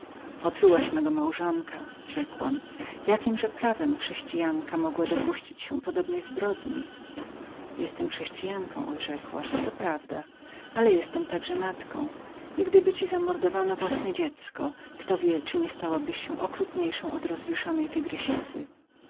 mego małżonka rzekłam jakimże prawem chrześcijanka mogła dopuścić się podobnej zbrodni jestem chrześcijanką odrzekła to prawda ale jestem także i matką i gdyby ci zamordowano własne dziecko kto wie czyli nie stałabyś się okrutniejszą od